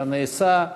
על הנעשה,